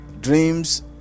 Dreams